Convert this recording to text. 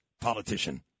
politician